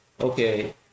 okay